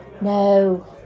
No